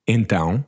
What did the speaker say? Então